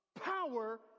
power